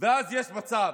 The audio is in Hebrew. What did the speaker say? ואז יש מצב